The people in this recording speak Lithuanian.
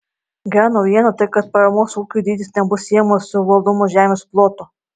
gera naujiena ta kad paramos ūkiui dydis nebus siejamas su valdomos žemės plotu